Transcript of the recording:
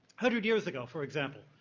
hundred years ago, for example,